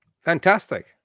Fantastic